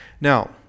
Now